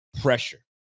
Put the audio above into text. pressure